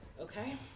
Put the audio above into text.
Okay